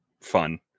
fun